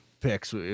picks